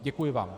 Děkuji vám.